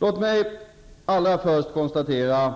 Låt mig först konstatera